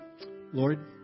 Lord